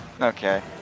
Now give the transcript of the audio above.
Okay